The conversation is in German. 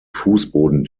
fußboden